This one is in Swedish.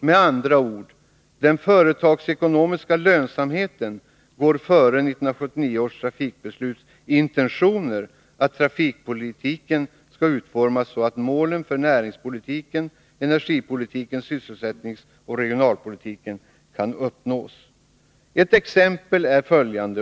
Med andra ord: Den företagsekonomiska lönsamheten går före 1979 års trafikbesluts intentioner att trafikpolitiken skall utformas så att målen för näringspolitiken och energipolitiken samt sysselsättningsoch regionalpolitiken kan uppnås. Ett exempel är följande.